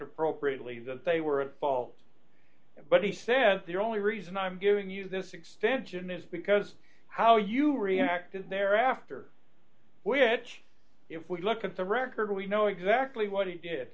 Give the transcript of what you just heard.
appropriately that they were at fault but he says the only reason i'm giving you this extension is because how you react is there after which if we look at the record we know exactly what he did